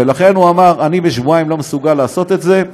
ולכן הוא אמר: אני בשבועיים לא מסוגל לעשות את זה,